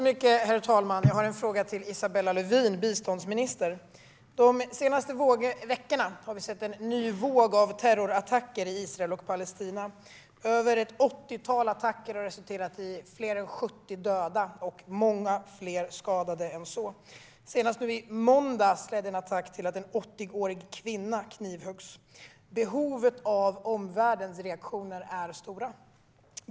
Herr talman! Jag har en fråga till biståndsminister Isabella Lövin. De senaste veckorna har vi sett en ny våg av terrorattacker i Israel och Palestina. Över 80 attacker har resulterat i fler än 70 dödade och många fler skadade. Senast i måndags ledde en attack till att en 80-årig kvinna knivhöggs. Behovet av omvärldens reaktioner är stort.